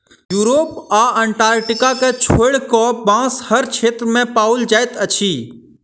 Europe आ Antarctica के छोइड़ कअ, बांस हर क्षेत्र में पाओल जाइत अछि